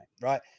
right